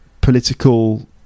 political